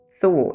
thought